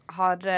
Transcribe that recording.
har